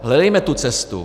Hledejme tu cestu.